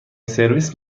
سرویس